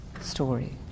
story